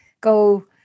go